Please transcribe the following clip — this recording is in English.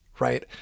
right